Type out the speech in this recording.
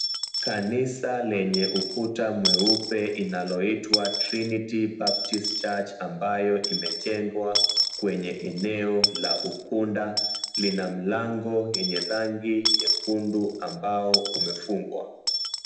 Kanisa lenye ukuta mweupe inaloitwa trinity baptist church ambayo imejengwa kwenye eneo la Ukunda lina mlango yenye rangi nyekundu ambao umefungwa.